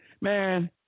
man